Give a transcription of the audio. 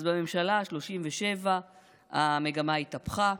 אז בממשלה השלושים-ושבע המגמה התהפכה.